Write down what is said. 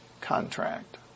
contract